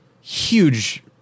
huge